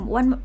One